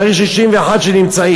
צריך 61 שנמצאים,